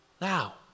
now